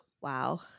wow